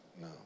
No